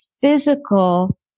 physical